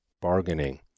bargaining